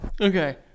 Okay